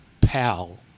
Pal